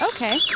Okay